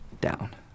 down